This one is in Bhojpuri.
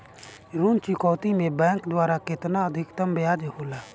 ऋण चुकौती में बैंक द्वारा केतना अधीक्तम ब्याज होला?